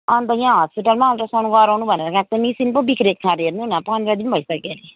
अन्त यहाँ हस्पिटलमा अल्ट्रासाउन्ट गराउनु भनेर गएको त मसिन पो बिग्रिएको अरे हेर्नु न पन्ध्र दिन भइसक्यो अरे